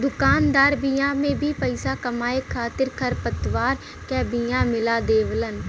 दुकानदार बिया में भी पईसा कमाए खातिर खरपतवार क बिया मिला देवेलन